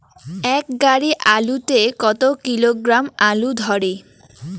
এক গাড়ি আলু তে কত কিলোগ্রাম আলু ধরে?